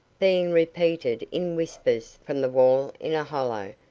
being repeated in whispers from the wall in a hollow,